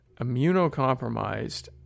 Immunocompromised